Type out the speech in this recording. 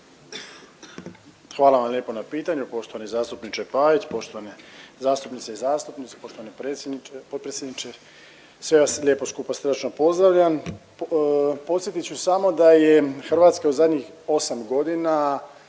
Hvala vam lijepo na pitanju poštovani zastupniče Pavić, poštovane zastupnice i zastupnici, poštovani predsjedniče, potpredsjedniče, sve vas lijepo skupa srdačno pozdravljam. Podsjetit ću samo da je Hrvatska u zadnjih 8.g. snažno